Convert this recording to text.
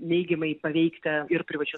neigiamai paveikti ir privačius